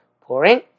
pouring